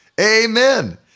Amen